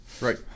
Right